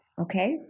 okay